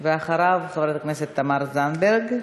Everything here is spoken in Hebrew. אחריו, חברת הכנסת תמר זנדברג.